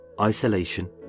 isolation